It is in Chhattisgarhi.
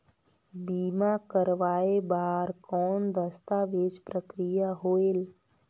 बीमा करवाय बार कौन दस्तावेज प्रक्रिया होएल?